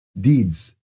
deeds